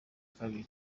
kabiri